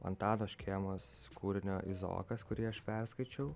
antano škėmos kūrinio izaokas kurį aš perskaičiau